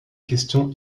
questions